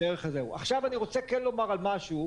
עכשיו אני רוצה כן לומר משהו